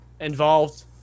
involved